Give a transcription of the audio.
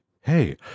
hey